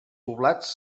poblats